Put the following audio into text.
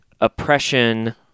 oppression